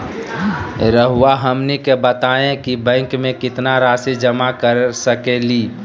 रहुआ हमनी के बताएं कि बैंक में कितना रासि जमा कर सके ली?